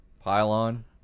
Pylon